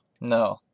No